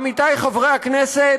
עמיתיי חברי הכנסת,